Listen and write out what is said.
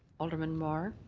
alderman mar.